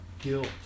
guilt